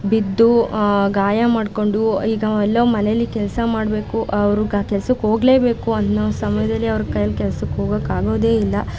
ಬಿದ್ದು ಗಾಯ ಮಾಡಿಕೊಂಡು ಈಗ ಅವ ಎಲ್ಲೋ ಮನೆಯಲ್ಲಿ ಕೆಲಸ ಮಾಡಬೇಕು ಅವ್ರಿಗೆ ಆ ಕೆಲಸಕ್ಕೋಗಲೇಬೇಕು ಅನ್ನೋ ಸಮಯದಲ್ಲಿ ಅವ್ರ ಕೈಯ್ಯಲ್ಲಿ ಕೆಲಸಕ್ಕೋಗೋಕ್ಕಾಗೋದೇ ಇಲ್ಲ